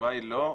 התשובה היא לא.